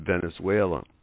Venezuela